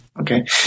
Okay